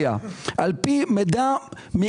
האפליה נמצאת אצלכם,